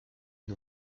une